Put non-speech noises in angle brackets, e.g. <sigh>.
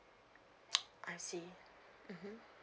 <noise> I see mmhmm